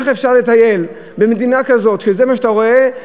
איך אפשר לטייל במדינה כזאת שזה מה שאתה רואה?